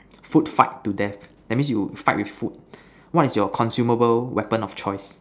food fight to death that means you fight with food what is your consumable weapon of choice